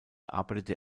arbeitete